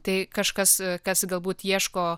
tai kažkas kas galbūt ieško